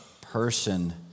person